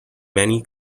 many